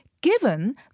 given